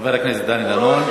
חבר הכנסת דני דנון.